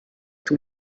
tous